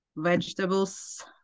vegetables